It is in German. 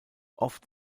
oft